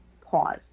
pause